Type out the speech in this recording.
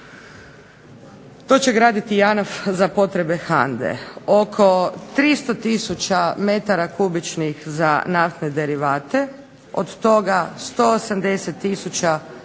to će graditi JANAF za potrebe HANDA-e. Oko 300 tisuća metara kubičnih za naftne derivate, od toga 180 tisuća metara